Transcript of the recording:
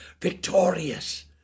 Victorious